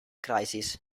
crises